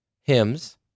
hymns